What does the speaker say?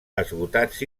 esgotats